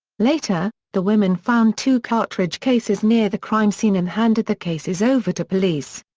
later, the women found two cartridge cases near the crime scene and handed the cases over to police.